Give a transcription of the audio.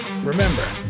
Remember